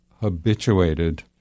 habituated